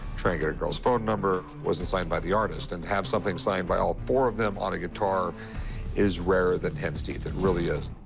trying to get a girl's phone number, wasn't signed by the artist. and to have something signed by all four of them on a guitar is rarer than hen's teeth. it really is.